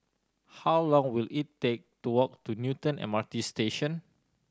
how long will it take to walk to Newton M R T Station